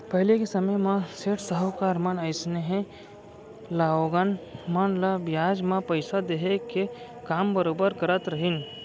पहिली के समे म सेठ साहूकार मन अइसनहे लोगन मन ल बियाज म पइसा देहे के काम बरोबर करत रहिन